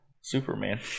Superman